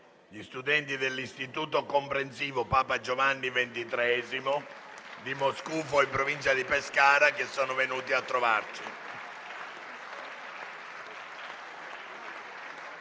gli studenti dell'Istituto comprensivo «Papa Giovanni XXIII» di Moscufo, in provincia di Pescara, che stanno assistendo ai